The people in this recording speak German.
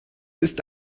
ist